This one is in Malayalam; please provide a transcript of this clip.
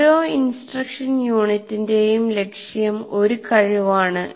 ഓരോ ഇൻസ്ട്രക്ഷൻ യൂണിറ്റിന്റെയും ലക്ഷ്യം ഒരു കഴിവാണ്